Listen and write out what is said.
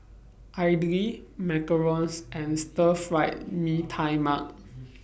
Idly Macarons and Stir Fried Mee Tai Mak